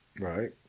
Right